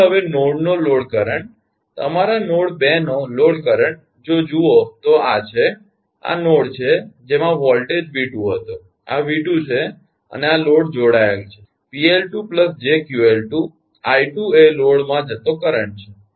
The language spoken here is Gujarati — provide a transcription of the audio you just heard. તેથી હવે નોડનો લોડ કરંટ તમારા નોડ 2 નો લોડ કરંટ જો જુઓ તો આ છે આ નોડ છે જેમાં વોલ્ટેજ 𝑉2 હતો આ 𝑉2 છે અને આ લોડ જોડાયેલ છે 𝑃𝐿2 𝑗𝑄𝐿2 𝑖2 એ લોડમાં જતો કરંટ છે